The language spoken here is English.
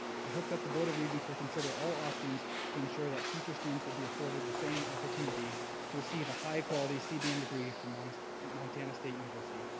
i hope that the board of regents will consider all options to ensure that future students will be afforded the same opportunity to receive a high quality cbn degree from um montana state university.